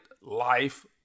life